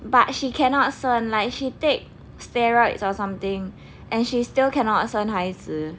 but she cannot 生 like she take steroids or something and she still cannot 生孩子